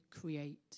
create